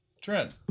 Trent